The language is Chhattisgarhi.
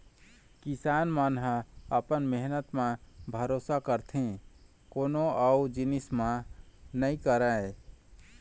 किसान मन ह अपन मेहनत म भरोसा करथे कोनो अउ जिनिस म नइ करय